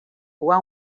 one